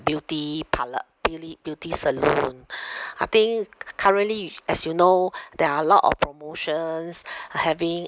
beauty parlour beauly beauty salon I think c~ currently as you know there are a lot of promotions uh having